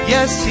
Yes